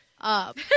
up